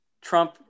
Trump